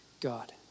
God